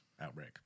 outbreak